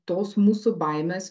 tos mūsų baimes